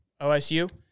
OSU